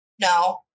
no